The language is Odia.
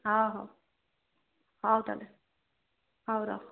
ହଉ ହଉ ହଉ ତାହେଲେ ହଉ ରଖୁଛି